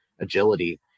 agility